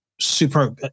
super